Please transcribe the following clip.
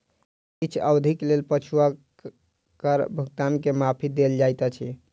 किछ अवधिक लेल पछुलका कर भुगतान के माफी देल जाइत अछि